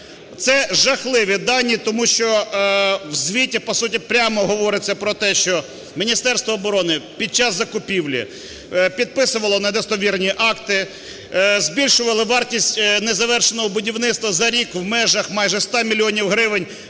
Це жахливі дані. Тому що в звіті, по суті, прямо говориться про те, що Міністерство оборони під час закупівлі підписувало недостовірні акти, збільшували вартість незавершеного будівництва за рік в межах майже 100 мільйонів